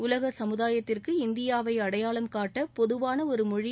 உலக சமுதாயத்திற்கு இந்தியாவை அடையாளம் காட்ட பொதுவான ஒரு மொழி